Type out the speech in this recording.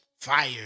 Fire